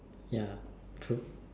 ya true